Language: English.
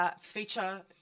feature